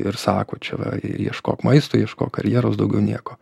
ir sako čia va ir ieškok maisto ieško karjeros daugiau nieko